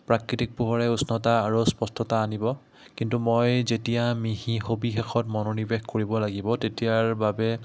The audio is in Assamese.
প্ৰাকৃতিক পোহৰে উষ্ণতা আৰু স্পষ্টতা আনিব কিন্তু মই যেতিয়া মিহি সবিশেষত মনোনিৱেশ কৰিব লাগিব তেতিয়াৰ বাবে